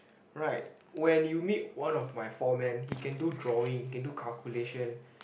right when you meet one of my foreman he can do drawing he can do calculation